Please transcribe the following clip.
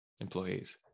employees